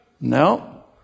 No